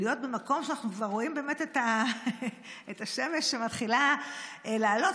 להיות במקום שאנחנו רואים באמת את השמש שמתחילה לעלות.